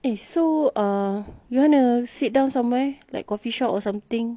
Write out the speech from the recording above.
eh so uh you wanna sit down somewhere like coffeeshop or something